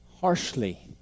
harshly